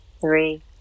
three